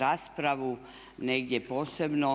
raspravu negdje posebno